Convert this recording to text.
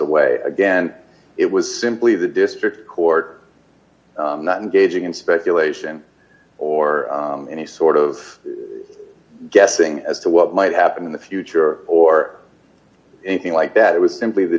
away again it was simply the district court not engaging in speculation or any sort of guessing as to what might happen in the future or anything like that it was simply the